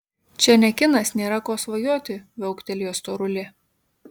čia ne kinas nėra ko svajoti viauktelėjo storulė